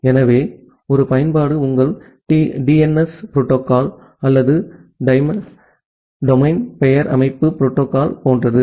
எனவே ஒரு பயன்பாடு உங்கள் டிஎன்எஸ் புரோட்டோகால் அல்லது டொமைன் பெயர் அமைப்பு புரோட்டோகால் போன்றது